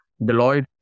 Deloitte